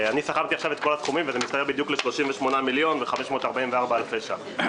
אני סכמתי עכשיו את כל הסכומים וזה מצטרף בדיוק ל- 38,544 אלפי שקל.